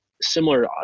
similar